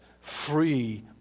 free